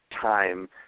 time